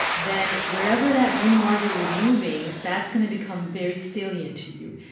then wherever that blue marble is moving, that's going to become very salient to you.